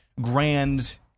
grand